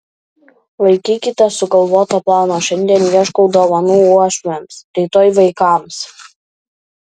laikykitės sugalvoto plano šiandien ieškau dovanų uošviams rytoj vaikams